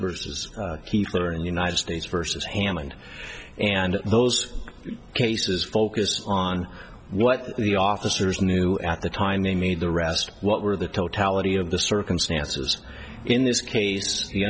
versus heath ledger in the united states versus hammond and those cases focus on what the officers knew at the time they made the arrest what were the totality of the circumstances in this case the